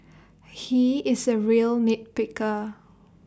he is A real nit picker